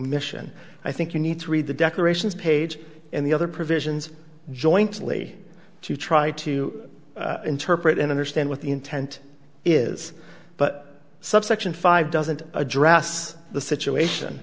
omission i think you need to read the decorations page and the other provisions jointly to try to interpret and understand what the intent is but subsection five doesn't address the situation